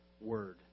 word